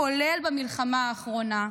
כולל במלחמה האחרונה.